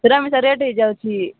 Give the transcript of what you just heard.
ପୁରା ମିଶା ରେଟ୍ ହେଇ ଯାଉଛି